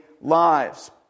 lives